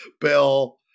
Bill